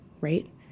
right